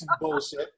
bullshit